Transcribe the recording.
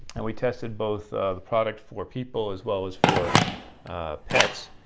and we tested both the product for people as well as for pets